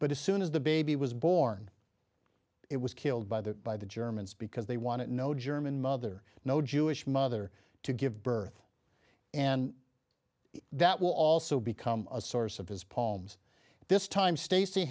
but as soon as the baby was born it was killed by the by the germans because they wanted no german mother no jewish mother to give birth and that will also become a source of his poems this time stacy